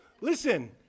Listen